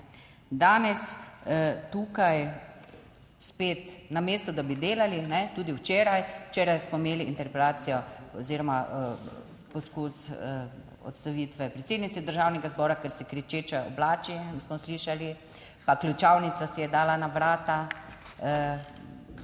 Danes tukaj spet, namesto, da bi delali, tudi včeraj. Včeraj smo imeli interpelacijo oziroma poskus odstavitve predsednice Državnega zbora, ker se kričeče oblači, smo slišali, pa ključavnico si je dala na vrata